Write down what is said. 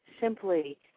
simply